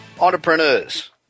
entrepreneurs